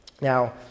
Now